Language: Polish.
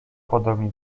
podobni